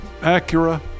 Acura